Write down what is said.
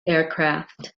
aircraft